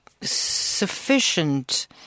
sufficient